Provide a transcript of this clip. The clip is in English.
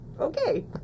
okay